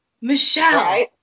Michelle